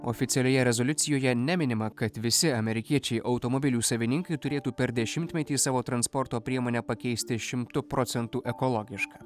oficialioje rezoliucijoje neminima kad visi amerikiečiai automobilių savininkai turėtų per dešimtmetį savo transporto priemonę pakeisti šimtu procentų ekologiška